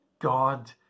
God